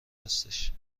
هستش